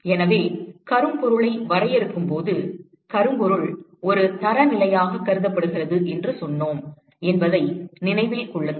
எனவே கரும்பொருளை வரையறுக்கும்போது கரும்பொருள் ஒரு தரநிலையாகக் கருதப்படுகிறது என்று சொன்னோம் என்பதை நினைவில் கொள்ளுங்கள்